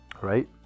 right